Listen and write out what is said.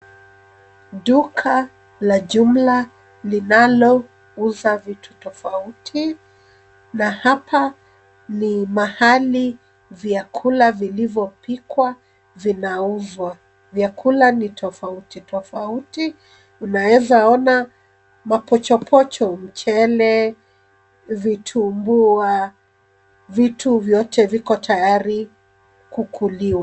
Duka la jumla linalouza vitu tofauti, na hapa ni mahali ambapo vyakula vilivyopikwa vinauzwa. Vyakula ni tofauti tofauti na unaweza kuona mapochopocho, mchele, vitumbua, na vyote viko tayari kukuliwa.